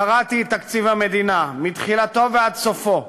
קראתי את תקציב המדינה מתחילתו ועד סופו,